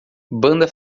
banda